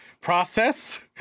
process